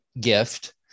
gift